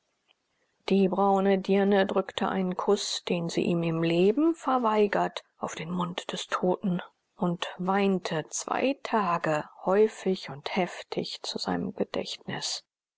die braune dirne drückte einen kuß den sie ihm im leben verweigert auf den mund des toten und weinte zwei tage häufig und heftig zu seinem gedächtnis